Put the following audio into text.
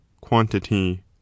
quantity